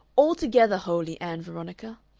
altogether holy, ann veronica.